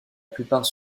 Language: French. plupart